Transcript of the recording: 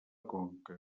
conca